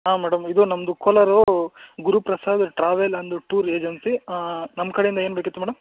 ಹಾಂ ಮೇಡಮ್ ಇದು ನಮ್ಮದು Kolar Guruprasad travel and tour agency ನಮ್ಮ ಕಡೆಯಿಂದ ಏನು ಬೇಕಿತ್ತು ಮೇಡಮ್